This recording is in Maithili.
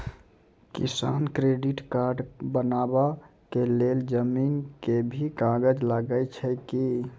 किसान क्रेडिट कार्ड बनबा के लेल जमीन के भी कागज लागै छै कि?